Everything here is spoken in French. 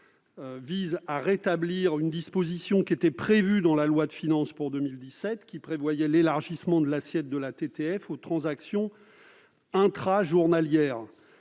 amendement vise à rétablir une disposition qui était prévue dans la loi de finances pour 2017, laquelle prévoyait l'élargissement de l'assiette de la TTF aux transactions intrajournalières.